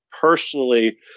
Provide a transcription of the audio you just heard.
personally